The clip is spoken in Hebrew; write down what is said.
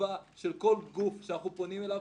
החשיבה של כל גוף שאנחנו פונים אליו,